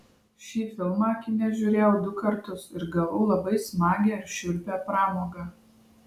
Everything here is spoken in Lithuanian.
šį filmą kine žiūrėjau du kartus ir gavau labai smagią ir šiurpią pramogą